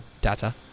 data